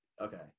Okay